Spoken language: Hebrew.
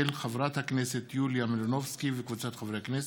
של חברת הכנסת יוליה מלינובסקי וקבוצת חברי הכנסת,